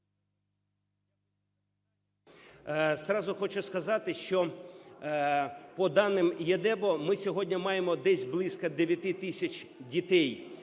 Зразу хочу сказати, що по даним ЄДЕБО ми сьогодні маємо десь близько 9 тисяч дітей,